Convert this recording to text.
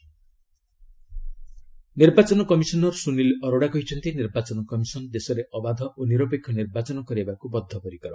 EC Tamil Nadu ନିର୍ବାଚନ commissioner Sunil Arora କହିଛନ୍ତି ନିର୍ବାଚନ କମିଶନ୍ ଦେଶରେ ଅବାଧ ଓ ନିରପେକ୍ଷ ନିର୍ବାଚନ କରାଇବାକୁ ବଦ୍ଧପରିକର